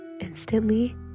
instantly